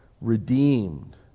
redeemed